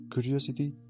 curiosity